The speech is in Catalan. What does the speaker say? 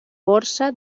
borsa